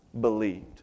believed